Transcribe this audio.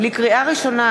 לקריאה ראשונה,